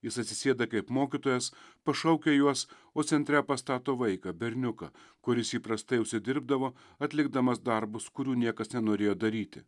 jis atsisėda kaip mokytojas pašaukia juos o centre pastato vaiką berniuką kuris įprastai užsidirbdavo atlikdamas darbus kurių niekas nenorėjo daryti